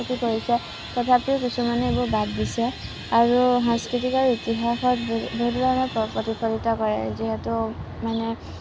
গতি কৰিছে তথাপিও কিছুমানে এইবোৰ বাদ দিছে আৰু সাংস্কৃতিকৰ ইতিহাসত বহুতো ধৰণে প্ৰতিফলিত কৰে যিহেতু মানে